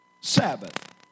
Sabbath